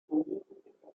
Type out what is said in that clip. five